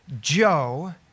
Joe